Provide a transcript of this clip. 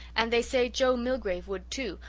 and they say joe milgrave would too,